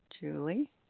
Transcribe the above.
Julie